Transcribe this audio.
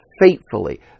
faithfully